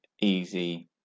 easy